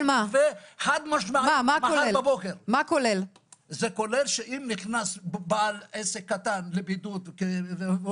מחר בבוקר שאומר שאם נכנס בעל עסק קטן לבידוד הוא